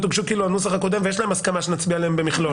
הוגשו על הנוסח הקודם ויש הסכמה שנצביע עליהן במכלול.